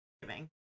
giving